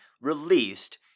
released